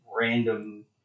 random